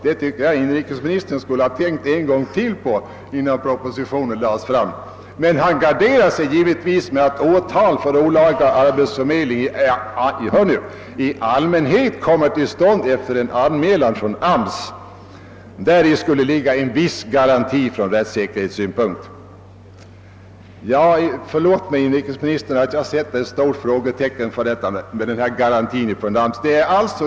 Det borde inrikesministern ha tänkt på ytterligare innan propositionen lades fram. Han garderar sig med att åtal för olaga arbetsförmedling — hör nu — »i allmänhet kommer till stånd efter en anmälan från AMS». Däri skulle ligga en viss garanti från rättssäkerhetssynpunkt. Inrikesministern får förlåta att jag sätter ett stort frågetecken för garantin från AMS.